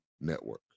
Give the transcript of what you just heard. Network